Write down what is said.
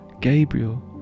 Gabriel